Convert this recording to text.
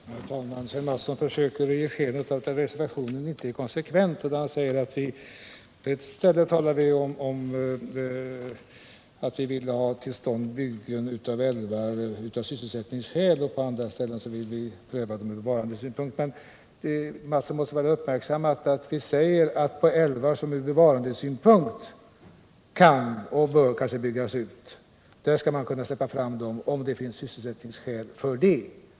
Herr talman! Kjell Mattsson försökte ge sken av att reservationen inte är konsekvent och att vi på ett ställe talar om att vi vill ha till stånd en utbyggnad av älvar av sysselsättningsskäl men på andra ställen talar om bevarandesynpunkterna. Kjell Mattsson måste uppmärksamma att vi säger att älvar, som från bevarandesynpunkt kan och bör byggas ut, skall kunna byggas ut om det finns sysselsättningsskäl att åberopa.